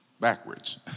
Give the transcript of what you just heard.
Backwards